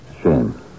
Shame